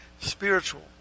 spiritual